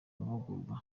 amahugurwa